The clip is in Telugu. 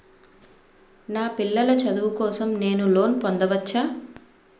నా పిల్లల చదువు కోసం నేను లోన్ పొందవచ్చా?